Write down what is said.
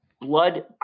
blood